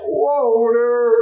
water